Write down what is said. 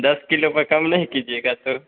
दस किलो पर कम नहीं कीजिएगा तो